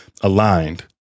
aligned